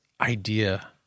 idea